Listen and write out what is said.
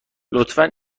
لطفا